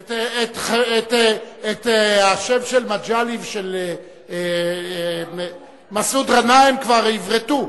את השם של מג'לי ושל מסעוד ע'נאים כבר עברתו.